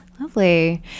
lovely